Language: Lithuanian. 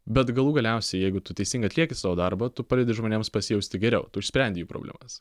bet galų galiausiai jeigu tu teisingai atlieki savo darbą tu padedi žmonėms pasijausti geriau tu išsprendi jų problemas